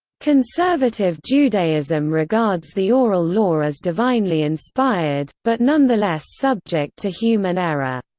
conservative judaism regards the oral law as divinely inspired, but nonetheless subject to human error.